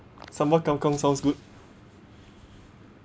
sambal kangkong sounds good